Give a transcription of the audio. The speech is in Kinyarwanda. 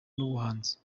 n’ubuhanzi